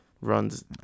runs